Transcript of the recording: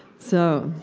so,